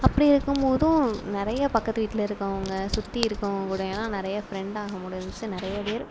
அப்படி இருக்கும் போதும் நிறைய பக்கத்து வீட்டில் இருக்கவங்க சுற்றி இருக்கவங்க கூட எல்லாம் நிறைய ஃப்ரெண்ட் ஆக முடிஞ்சிசு நிறைய பேர்